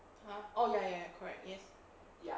!huh! oh ya ya ya correct